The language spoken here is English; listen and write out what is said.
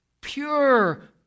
pure